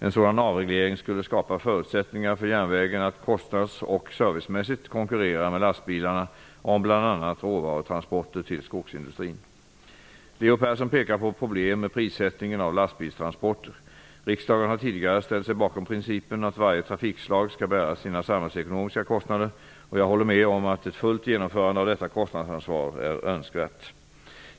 En sådan avreglering skulle skapa förutsättningar för järnvägen att kostnads och servicemässigt konkurrera med lastbilarna om bl.a. Leo Persson pekar på problem med prissättningen av lastbilstransporter. Riksdagen har tidigare ställt sig bakom principen att varje trafikslag skall bära sina samhällsekonomiska kostnader. Jag håller med om att ett fullt genomförande av detta kostnadsansvar är önskvärt.